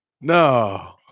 no